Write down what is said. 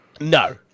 No